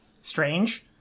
Strange